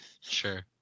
Sure